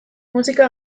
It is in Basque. musika